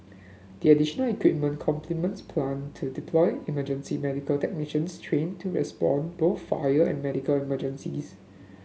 the additional equipment complements plan to deploy emergency medical technicians trained to respond both fire and medical emergencies